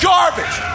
Garbage